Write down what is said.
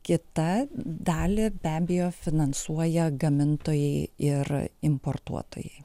kitą dalį be abejo finansuoja gamintojai ir importuotojai